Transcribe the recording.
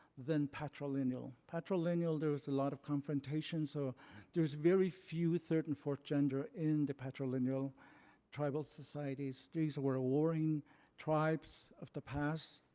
then patrilineal. patrilineal, there was a lot of confrontation. so there's very few third and fourth gender in the patrilineal tribal societies. these were ah warring tribes of the past.